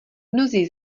mnozí